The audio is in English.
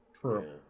True